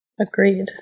Agreed